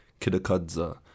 Kidakadza